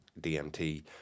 DMT